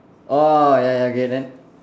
orh ya ya okay then